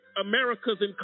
America's